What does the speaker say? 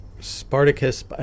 Spartacus